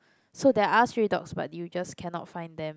so there are stray dogs but you just cannot find them